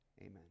Amen